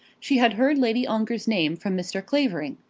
she had heard lady ongar's name from mr. clavering.